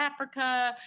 Africa